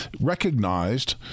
recognized